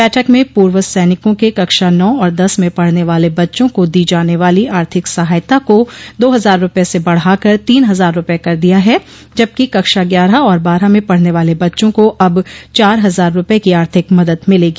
बैठक में पूर्व सैनिकों के कक्षा नौ और दस में पढ़ने वाल बच्चों को दी जाने वाली आर्थिक सहायता को दो हजार रूपये से बढ़ाकर तीन हजार रूपये कर दिया है जबकि कक्षा ग्यारह और बारह में पढ़ने वाले बच्चों को अब चार हजार रूपये की आर्थिक मदद मिलेगी